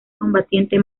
combatiente